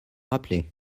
appelé